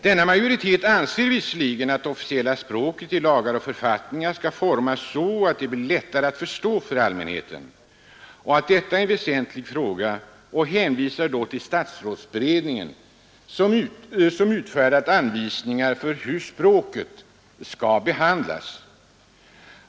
Denna majoritet anser visserligen att det officiella språket i lagar och författningar skall utformas så att det blir lättare att förstå för allmänheten och att detta är en väsentlig fråga, och utskottet hänvisar till statsrådsberedningen, som utfärdat anvisningar för hur språket skall behandlas.